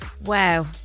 Wow